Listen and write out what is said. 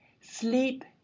Sleep